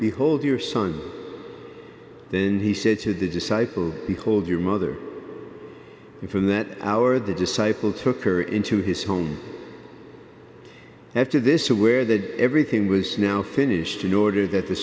the whole of your son then he said to the disciples behold your mother and from that hour the disciple took her into his home after this aware that everything was now finished in order that the